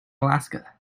alaska